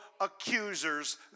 accusers